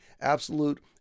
absolute